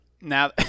Now